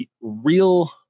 real